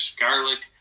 garlic